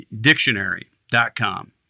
dictionary.com